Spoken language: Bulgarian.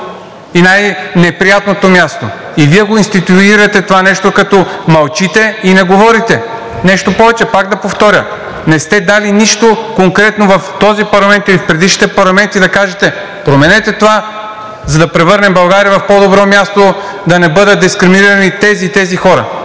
и най неприятното място. Вие го институирате това нещо, като мълчите и не говорите. Нещо повече. Пак да повторя: не сте дали нищо конкретно в този парламент или в предишните парламенти да кажете: променете това, за да превърнем България в по-добро място – да не бъдат дискриминирани тези и тези хора.